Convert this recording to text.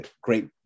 great